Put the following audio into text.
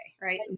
right